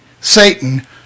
Satan